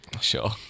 Sure